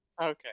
Okay